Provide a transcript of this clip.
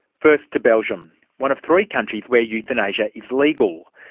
first to belgium, one of three countries where euthanasia is illegal.